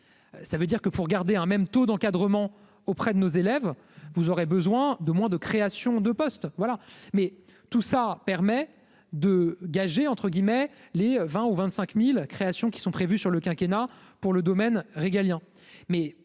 ça veut dire que pour garder un même taux d'encadrement auprès de nos élèves, vous aurez besoin de moins de créations de postes, voilà mais tout ça permet de gager entre guillemets les 20 ou 25000 créations qui sont prévus sur le quinquennat pour le domaine régalien,